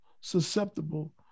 susceptible